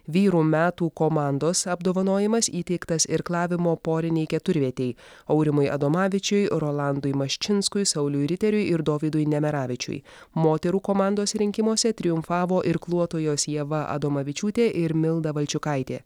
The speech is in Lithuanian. vyrų metų komandos apdovanojimas įteiktas irklavimo porinei keturvietei aurimui adomavičiui rolandui maščinskui sauliui riteriui ir dovydui nemeravičiui moterų komandos rinkimuose triumfavo irkluotojos ieva adomavičiūtė ir milda valčiukaitė